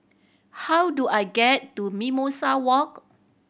how do I get to Mimosa Walk